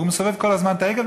והוא מסובב כל הזמן את ההגה,